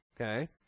Okay